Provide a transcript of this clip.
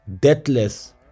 deathless